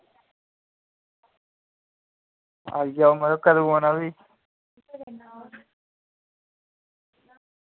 आई जाओ मड़ो कदूं औना भी